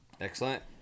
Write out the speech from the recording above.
Excellent